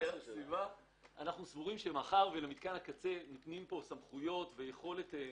אנחנו סבורים שמאחר ולמתקן הקצה נותנים סמכויות ויכולת משמעותית,